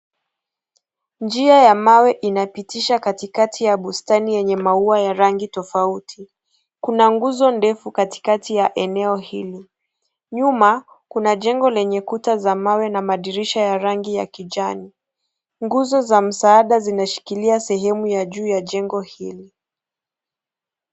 Njia ya mawe inapitisha katikati ya bustani yenye maua ya rangi tofauti. Kuna nguzo ndefu katikati ya eneo hili. Nyuma, kuna jengo lenye kuta za mawe na madirisha ya rangi ya kijani. Nguzo za msaada zina shikilia sehemu ya juu ya jengo hii.